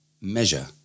measure